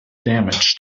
damage